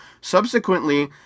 subsequently